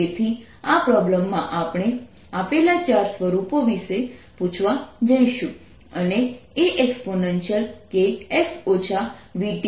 તેથી આ પ્રોબ્લેમમાં આપણે આપેલા ચાર સ્વરૂપો વિશે પૂછવા જઈશું અને Aexpkx vt2 એક સ્વરૂપ છે